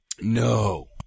No